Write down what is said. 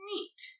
Neat